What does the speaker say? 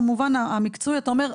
במובן המקצועי אתה אומר,